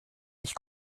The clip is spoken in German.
ich